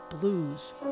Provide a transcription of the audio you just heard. Blues